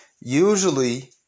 usually